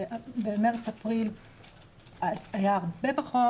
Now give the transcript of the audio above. במרץ-אפריל היה הרבה פחות,